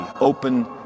open